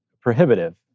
prohibitive